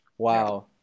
Wow